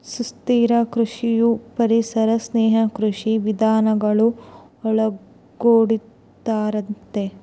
ಸುಸ್ಥಿರ ಕೃಷಿಯು ಪರಿಸರ ಸ್ನೇಹಿ ಕೃಷಿ ವಿಧಾನಗಳನ್ನು ಒಳಗೊಂಡಿರುತ್ತದೆ